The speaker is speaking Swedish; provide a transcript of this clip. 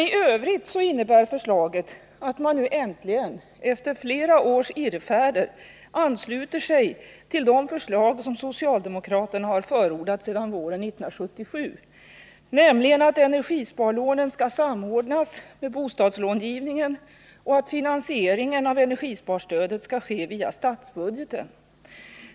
I övrigt innebär emellertid förslaget att man nu äntligen efter flera års irrfärder ansluter sig till de förslag som socialdemokraterna har förordat sedan våren 1977, nämligen att energisparlånen skall samordnas med bostadslångivningen och att finansieringen av energisparstödet skall ske via statsbudgeten.